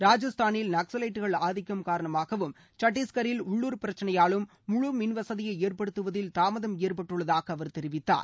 ராஜஸ்தானில் நக்சலைட்டுகள் ஆதிக்கம் காரணமாகவும் சத்தீஷ்கரில் உள்ளூர் பிரச்சனையாலும் முழு மின்வசதியை ஏற்படுத்துவதில் தாமதம் ஏற்பட்டுள்ளதாக அவர் தெரிவித்தார்